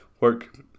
work